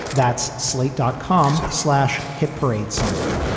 that's slate dot com. slash hit parade. sign up.